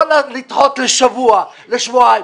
לא לדחות לשבוע-שבועיים.